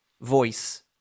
voice